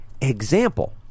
example